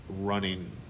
running